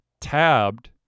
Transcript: tabbed